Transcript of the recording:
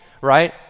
right